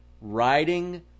riding